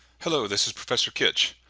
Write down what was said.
hello this is professor kitch.